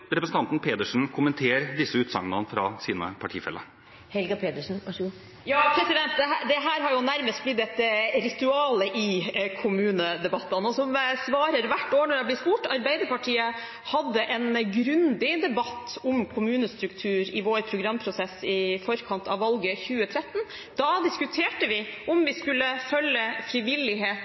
representanten Pedersen kommentere disse utsagnene fra sine partifeller? Dette har nærmest blitt et ritual i kommunedebattene, og som jeg svarer hvert år når jeg blir spurt: Arbeiderpartiet hadde en grundig debatt om kommunestruktur i vår programprosess i forkant av valget i 2013. Da diskuterte vi om vi skulle følge frivillighet